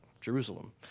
Jerusalem